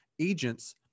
agents